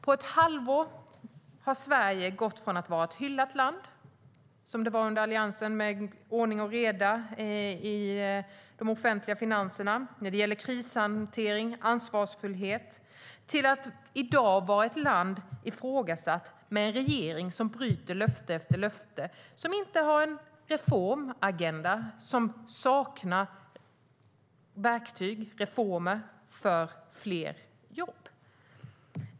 På ett halvår har Sverige gått från att vara ett hyllat land - under Alliansens tid var det ordning och reda i de offentliga finanserna. Vi hyllades för krishantering och ansvarsfullhet - till att i dag vara ett land som är ifrågasatt. Vi har en regering som bryter löfte efter löfte, som inte har en reformagenda och som saknar verktyg och reformer för fler jobb.